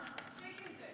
מספיק עם זה.